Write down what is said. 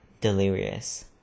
delirious